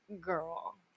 girl